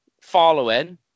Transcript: following